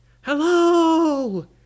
hello